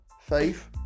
faith